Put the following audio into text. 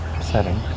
setting